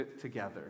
together